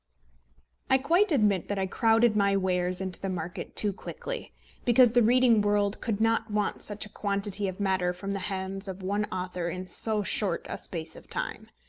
i quite admit that i crowded my wares into the market too quickly because the reading world could not want such a quantity of matter from the hands of one author in so short a space of time.